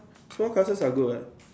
small classes are good right